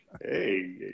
Hey